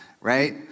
right